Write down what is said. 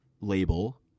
label